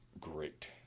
great